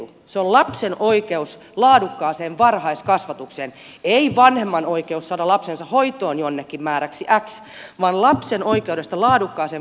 se on lapsen oikeus laadukkaaseen varhaiskasvatukseen ei vanhemman oikeus saada lapsensa hoitoon jonnekin määräksi x vaan lapsen oikeus laadukkaaseen varhaiskasvatukseen